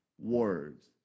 words